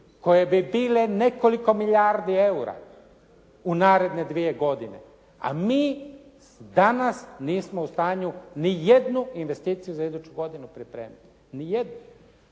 koje bi bile nekoliko milijardi eura u naredne dvije godine, a mi danas nismo u stanju ni jednu investiciju za iduću godinu pripremiti. Ni jednu.